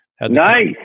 Nice